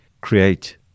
create